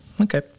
Okay